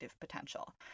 potential